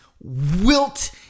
wilt